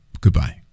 Goodbye